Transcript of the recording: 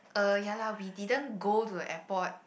uh ya lah we didn't go to the airport